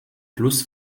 fluss